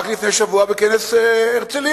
רק לפני שבוע בכנס הרצלייה.